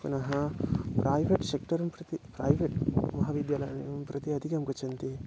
पुनः प्राय्वेट् सेक्टरं प्रति प्रैवेट् महाविद्यालयं प्रति अधिकं गच्छन्ति